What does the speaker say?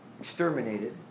exterminated